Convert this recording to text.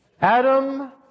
Adam